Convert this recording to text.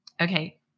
Okay